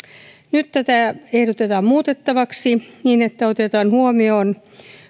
nyt tätä ehdotetaan muutettavaksi niin että otetaan huomioon